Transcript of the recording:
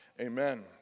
Amen